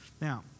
Now